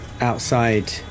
outside